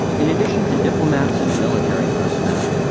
in addition to diplomats and military personnel.